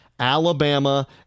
Alabama